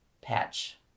patch